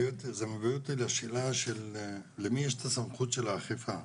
זה מביא אותי לשאלה למי יש את הסמכות של האכיפה,